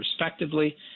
respectively